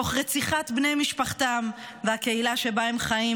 תוך רציחת בני משפחתם והקהילה שבה הם חיים,